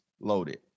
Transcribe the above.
loaded